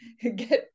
get